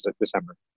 December